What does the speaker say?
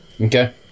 Okay